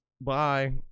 Bye